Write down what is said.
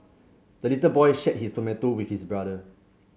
the little boy shared his tomato with his brother